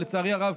לצערי הרב,